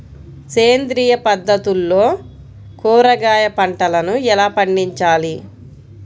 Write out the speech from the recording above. సేంద్రియ పద్ధతుల్లో కూరగాయ పంటలను ఎలా పండించాలి?